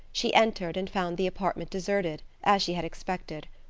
she entered and found the apartment deserted, as she had expected.